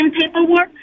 paperwork